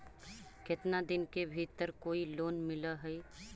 केतना दिन के भीतर कोइ लोन मिल हइ?